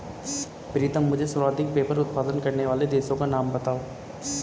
प्रीतम मुझे सर्वाधिक पेपर उत्पादन करने वाले देशों का नाम बताओ?